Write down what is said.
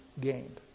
gained